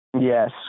yes